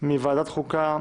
מוועדת החוקה